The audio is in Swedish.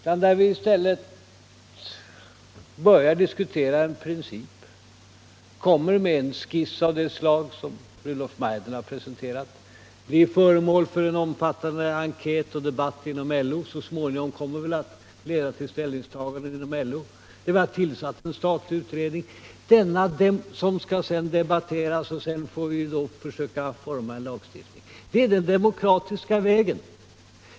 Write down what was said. Vi börjar i stället med att diskutera en princip, kommer med en skiss av det slag som Rudolf Meidner har presenterat och som blir föremål för en omfattande debatt inom LO, som så småningom kommer att ta ställning till det. Vi har tillsatt en statlig utredning, vars förslag kommer att debatteras, och sedan får vi försöka utforma en lagstiftning. Detta är den demokratiska vägen.